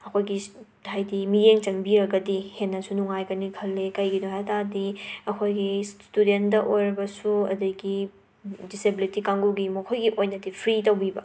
ꯑꯩꯈꯣꯏꯒꯤ ꯍꯥꯏꯗꯤ ꯃꯤꯠꯌꯦꯡ ꯆꯪꯕꯤꯔꯒꯗꯤ ꯍꯦꯟꯅꯁꯨ ꯅꯨꯡꯉꯥꯏꯒꯅꯤ ꯈꯜꯂꯦ ꯀꯩꯒꯤꯅꯣ ꯍꯥꯏ ꯇꯥꯔꯗꯤ ꯑꯩꯈꯣꯏꯒꯤ ꯁꯇꯨꯗꯦꯟꯗ ꯑꯣꯏꯔꯕꯁꯨ ꯑꯗꯒꯤ ꯗꯤꯁꯁꯦꯕ꯭ꯂꯤꯇꯤ ꯀꯥꯡꯒꯨꯒꯤ ꯃꯈꯣꯏꯒꯤ ꯑꯣꯏꯅꯗꯤ ꯐ꯭ꯔꯤ ꯇꯧꯕꯤꯕ